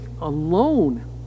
alone